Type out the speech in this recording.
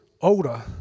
older